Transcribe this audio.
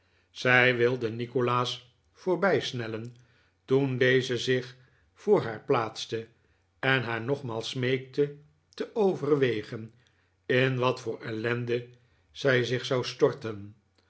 zij wilde nikolaas voorbij snellen toen deze zich voor haar plaatste en haar nogmaals smeekte te overwegen in wat voor ellende zij zich zou storten